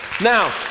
Now